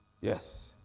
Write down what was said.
Yes